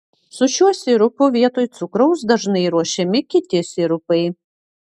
su šiuo sirupu vietoj cukraus dažnai ruošiami kiti sirupai